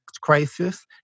crisis